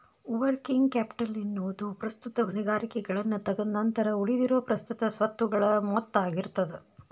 working capital ಎನ್ನೊದು ಪ್ರಸ್ತುತ ಹೊಣೆಗಾರಿಕೆಗಳನ್ನ ತಗದ್ ನಂತರ ಉಳಿದಿರೊ ಪ್ರಸ್ತುತ ಸ್ವತ್ತುಗಳ ಮೊತ್ತ ಆಗಿರ್ತದ